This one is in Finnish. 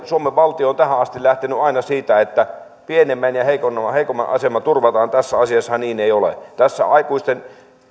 suomen valtio on tähän asti lähtenyt aina siitä että pienimmän ja heikoimman asema turvataan tässä asiassahan niin ei ole tässä aikuisten